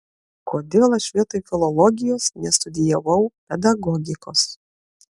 kodėl aš vietoj filologijos nestudijavau pedagogikos